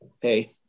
Hey